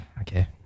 Okay